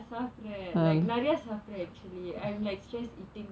சாப்புடுறேன் நிறைய சாப்புடுறேன்:saapudraen niraiya saapuduraen actually I am stress eating